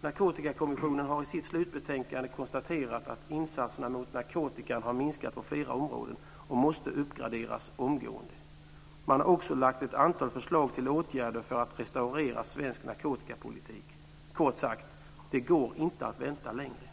Narkotikakommissionen har i sitt slutbetänkande konstaterat att insatserna mot narkotikan har minskat på flera områden och måste uppgraderas omgående. Man har också lagt fram ett antal förslag till åtgärder för att restaurera svensk narkotikapolitik. Kort sagt: Det går inte att vänta längre.